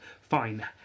Fine